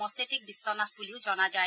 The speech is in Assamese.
মছেটিক বিধ্বনাথ বুলিও জনা যায়